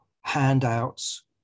handouts